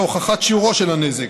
והוכחת שיעורו של הנזק.